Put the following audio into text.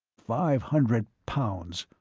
five hundred pounds!